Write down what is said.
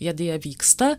jie deja vyksta